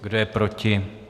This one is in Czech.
Kdo je proti?